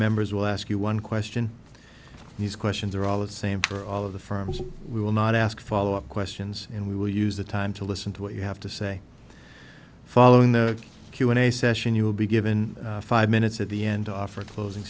members will ask you one question these questions are all the same for all of the firms we will not ask follow up questions and we will use the time to listen to what you have to say following the q and a session you will be given five minutes at the end off for closing